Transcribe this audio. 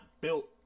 built